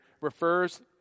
refers